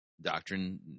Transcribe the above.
Doctrine